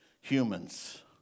humans